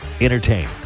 Entertain